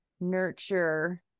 nurture